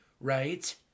right